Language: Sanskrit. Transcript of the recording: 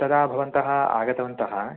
तदा भवन्तः आगतवन्तः